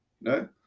No